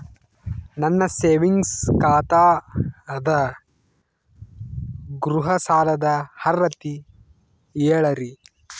ನನ್ನ ಸೇವಿಂಗ್ಸ್ ಖಾತಾ ಅದ, ಗೃಹ ಸಾಲದ ಅರ್ಹತಿ ಹೇಳರಿ?